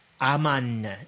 aman